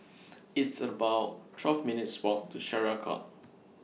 It's about twelve minutes' Walk to Syariah Court